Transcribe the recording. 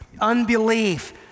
unbelief